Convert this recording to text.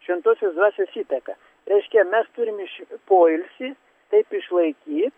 šventosios dvasios įtaka reiškia mes turim iš poilsį taip išlaikyt